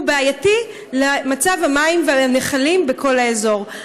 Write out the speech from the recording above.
הוא בעייתי למצב המים והנחלים בכל האזור.